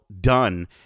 done